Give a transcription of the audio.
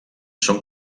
són